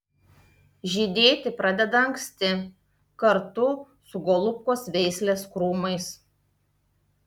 žydėti pradeda anksti kartu su golubkos veislės krūmais